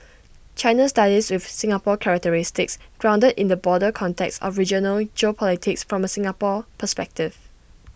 China studies with Singapore characteristics grounded in the broader context of regional geopolitics from A Singapore perspective